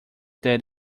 that